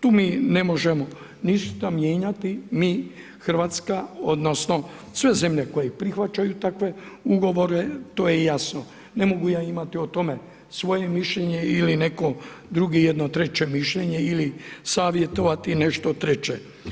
Tu ne možemo ništa mijenjati, mi Hrvatska, odnosno, sve zemlje koje prihvaćaju takve ugovore, to je jasno, ne mogu ja imati o tome svoje mišljenje ili neko, drugi, jedno treće mišljenje ili savjetovati nešto treće.